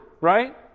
right